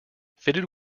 fitted